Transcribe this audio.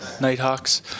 Nighthawks